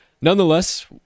nonetheless